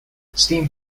steam